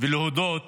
ולהודות